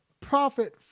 profit